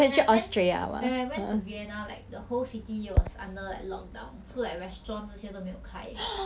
ya 我们四个人走在路上 right then like some like police came then 讲我们 have to walk in a single file eh